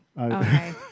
Okay